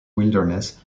wilderness